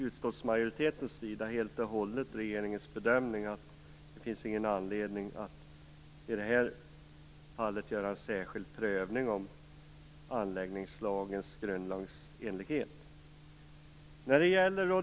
Utskottsmajoriteten delar helt och hållet regeringens bedömning att det inte finns någon anledning att göra en särskild prövning om anläggningslagens grundlagsenlighet i det här fallet.